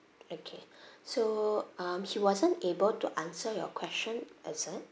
okay so um he wasn't able to answer your question is it